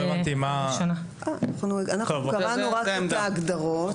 אנחנו קראנו רק את ההגדרות.